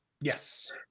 yes